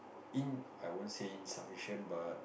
in I wouldn't say insufficient but